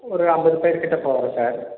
ஒரு ஐம்பது பேருக்கிட்டே போகிறோம் சார்